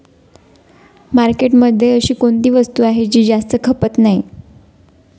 मार्केटमध्ये अशी कोणती वस्तू आहे की जास्त खपत नाही?